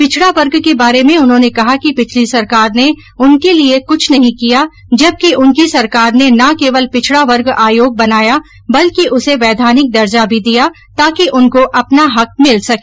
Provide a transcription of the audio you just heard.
पिछडा वर्ग के बारे में उन्होंने कहा कि पिछली सरकार ने उनके लिये कुछ नहीं किया जबकि उनकी सरकार ने न केवल पिछडा वर्ग आयोग बनाया बल्कि उसे वैधानिक देर्जा भी दिया ताकि उनको अपना हक मिल सके